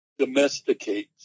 domesticates